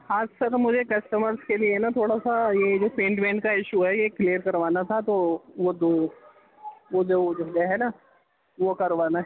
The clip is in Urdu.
ہاں سر مجھے کسٹمرس کے لیے نا تھوڑا سا یہ جو پینٹ وینٹ کا ایشو ہے یہ کلیئر کروانا تھا تو وہ دو وہ دو وہ جو ہے نا وہ کروانا ہے